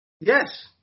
Yes